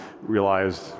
realized